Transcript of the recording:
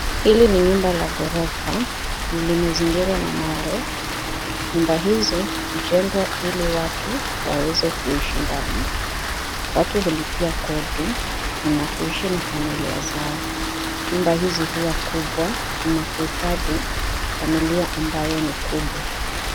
Hili ni nyumba la ghorofa. Limezingirwa na mawe . Nyumba hizi hujengwa ili watu waweze kuishi ndani . Watu hulipia kodi na kuishi na familia zao . Nyumba hizi huwa kubwa na kuhifadhi familia ambayo ni kubwa.